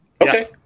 Okay